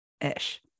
ish